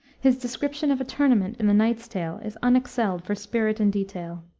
his description of a tournament in the knight's tale is unexcelled for spirit and detail.